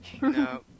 No